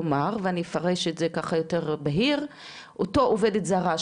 כלומר אותה עובדת זרה